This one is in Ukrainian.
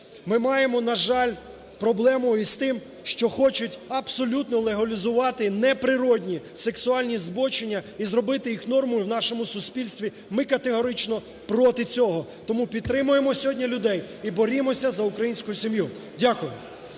Ми маємо, на жаль, проблему із тим, що хочуть абсолютно легалізувати неприродні сексуальні збочення і зробити їх нормою в нашому суспільстві. Ми категорично проти цього, тому підтримаємо сьогодні людей і борімося за українську сім'ю. Дякую.